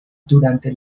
durante